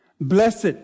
Blessed